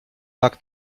tak